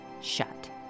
shut